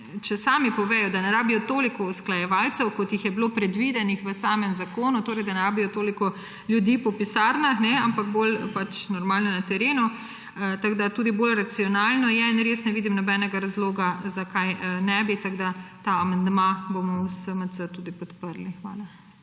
če sami povedo, da ne rabijo toliko usklajevalcev, kot jih je bilo predvidenih v samem zakonu, torej da ne rabijo toliko ljudi po pisarnah, ampak bolj, normalno, na terenu. Tudi bolj racionalno je in res ne vidim nobenega razloga, zakaj ne bi. Ta amandma bomo v SMC tudi podprli. Hvala.